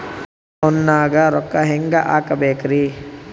ನನ್ನ ಫೋನ್ ನಾಗ ರೊಕ್ಕ ಹೆಂಗ ಹಾಕ ಬೇಕ್ರಿ?